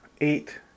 eight